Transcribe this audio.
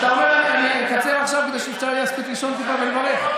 אתה אומר שאני אקצר עכשיו כדי שאפשר יהיה לישון טיפה ולברך.